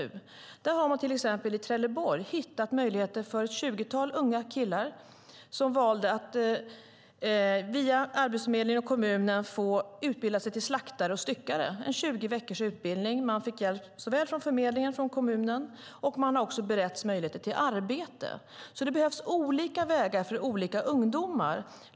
I Trelleborg har till exempel ett tjugotal unga killar fått möjlighet att utbilda sig till slaktare och styckare via Arbetsförmedlingen och kommunen. Det är en 20 veckors utbildning. De fick hjälp såväl från förmedlingen som från kommunen. De har också beretts möjligheter till arbete. Det behövs olika vägar för olika ungdomar.